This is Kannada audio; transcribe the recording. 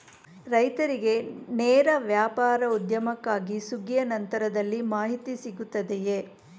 ರೈತರಿಗೆ ನೇರ ವ್ಯಾಪಾರೋದ್ಯಮಕ್ಕಾಗಿ ಸುಗ್ಗಿಯ ನಂತರದಲ್ಲಿ ಮಾಹಿತಿ ಸಿಗುತ್ತದೆಯೇ?